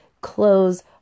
Clothes